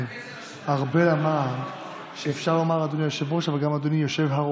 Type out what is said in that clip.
ארבל אמר שאפשר לומר "אדוני היושב-ראש" וגם "אדוני יושב-הראש".